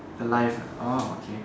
the live ah okay